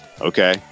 okay